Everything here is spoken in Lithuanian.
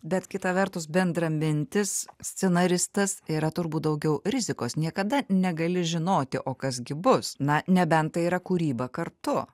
bet kita vertus bendramintis scenaristas yra turbūt daugiau rizikos niekada negali žinoti o kas gi bus na nebent tai yra kūryba kartu